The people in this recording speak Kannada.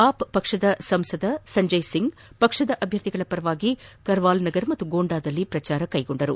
ಆಪ್ ಪಕ್ಷದ ಸಂಸದ ಸಂಜಯ್ ಸಿಂಗ್ ಪಕ್ಷದ ಅಭ್ಯರ್ಥಿಗಳ ಪರವಾಗಿ ಕರ್ವಾಲ್ ನಗರ್ ಹಾಗೂ ಗೊಂಡಾದಲ್ಲಿ ಪ್ರಚಾರ ನಡೆಸಿದರು